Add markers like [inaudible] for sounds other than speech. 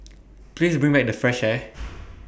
please bring back the fresh air [noise]